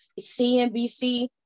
CNBC